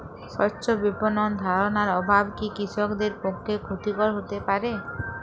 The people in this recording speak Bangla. স্বচ্ছ বিপণন ধারণার অভাব কি কৃষকদের পক্ষে ক্ষতিকর হতে পারে?